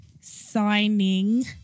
signing